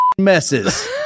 messes